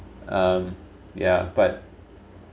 um yeah but